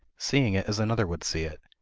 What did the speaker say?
seeing it as another would see it,